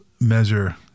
measure